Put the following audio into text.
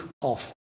off